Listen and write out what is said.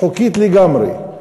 חוקית לגמרי,